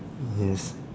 yes